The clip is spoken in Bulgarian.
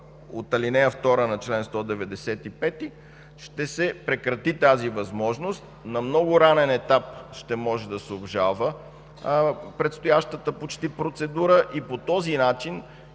от ал. 2 на чл. 195, ще се прекрати тази възможност, на много ранен етап ще може да се обжалва предстоящата почти процедура и по този начин,